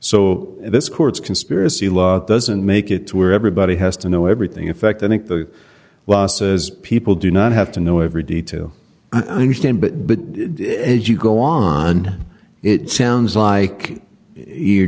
so this court's conspiracy law doesn't make it to where everybody has to know everything in fact i think the law says people do not have to know every detail understand but but as you go on it sounds like you're